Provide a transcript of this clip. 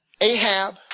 Ahab